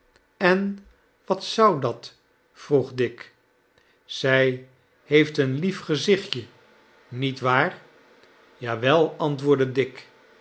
en wat zou dat vroeg dick zij heeft een lief gezichtje niet waar ja wel antwoordde dick